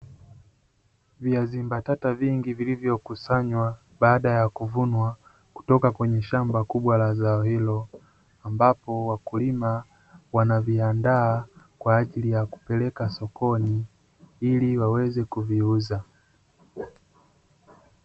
Viazi mbatata vingi vilivyokusanywa baada ya kuvunwa kutoka kwenye shamba kubwa la zao hilo, ambapo wakulima wanaviandaa kwa ajili ya kupeleka sokoni ili waweze kuviuza.